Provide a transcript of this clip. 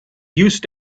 used